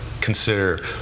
consider